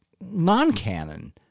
non-canon